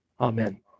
Amen